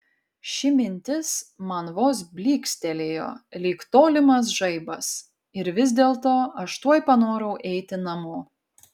ši mintis man vos blykstelėjo lyg tolimas žaibas ir vis dėlto aš tuoj panorau eiti namo